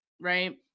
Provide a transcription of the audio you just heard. right